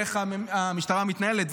תראו איך המשטרה מתנהלת.